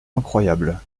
incroyable